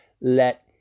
Let